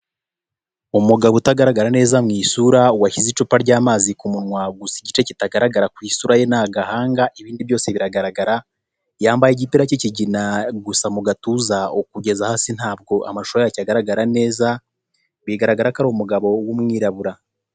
Umugabo utagaragara neza mu isura washyize icupa ry'amazi ku munwa gusa igice kitagaragara ku isura ye ni agahanga ibindi byose biragaragara, yambaye igipira cy'ikigina gusa mu gatuza kugeza hasi ntabwo amashusho yacyo agaragara neza, bigaragara ko ari umugabo w'umwirabura.